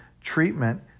treatment